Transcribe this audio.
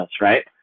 right